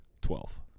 Twelve